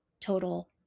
total